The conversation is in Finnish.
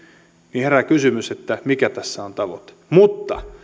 niin herää kysymys mikä tässä on tavoite mutta